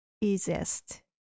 easiest